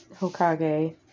Hokage